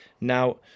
now